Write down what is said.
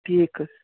ٹھیٖکھ حظ